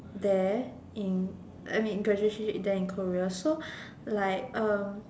there in I mean graduation trip there in Korea so like A